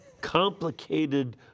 complicated